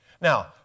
Now